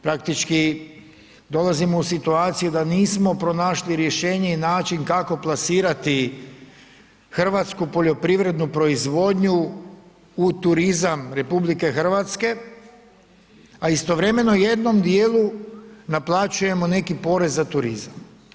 Praktički dolazimo u situaciju da nismo pronašli rješenje i način kako plasirati hrvatsku poljoprivrednu proizvodnju u turizam RH, a istovremeno jednom dijelu naplaćujemo neki porez za turizam.